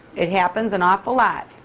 it happens an awful lot.